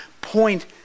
point